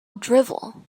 drivel